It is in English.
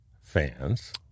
fans